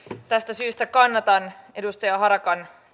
tästä syystä kannatan edustaja harakan